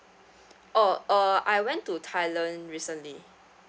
oh uh I went to thailand recently